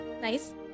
nice